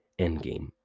Endgame